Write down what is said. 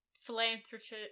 philanthropist